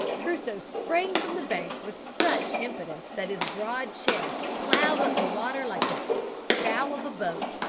crusoe sprang from the bank with such impetus that his broad chest ploughed up the water like the bow of a boat,